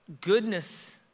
goodness